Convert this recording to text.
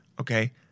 Okay